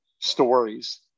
stories